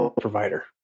provider